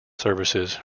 services